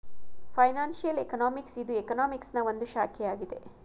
financial economics ಇದು ಎಕನಾಮಿಕ್ಸನಾ ಒಂದು ಶಾಖೆಯಾಗಿದೆ